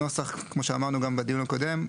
כמו שאמרנו גם בדיון הקודם,